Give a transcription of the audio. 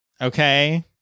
Okay